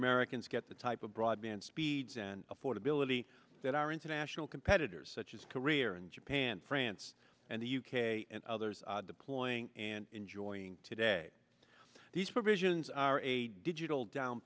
americans get the type of broadband speeds and affordability that our international competitors such as career in japan france and the u k and others deploying and enjoying today these provisions are a digital down